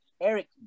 Eric